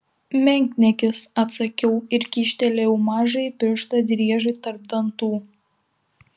menkniekis atsakiau ir kyštelėjau mažąjį pirštą driežui tarp dantų